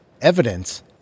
evidence